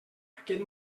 aquest